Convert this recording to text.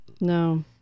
No